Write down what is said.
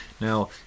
Now